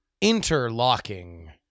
interlocking